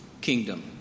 kingdom